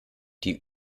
die